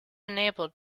enabled